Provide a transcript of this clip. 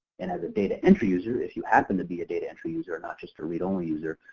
and as a data entry user, if you happen to be a data entry user or not, just a read-only user,